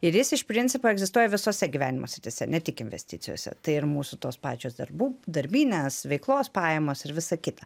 ir jis iš principo egzistuoja visose gyvenimo srityse ne tik investicijose tai ir mūsų tos pačios darbų darbinės veiklos pajamos ir visa kita